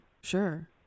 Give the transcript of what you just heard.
Sure